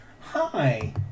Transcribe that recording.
Hi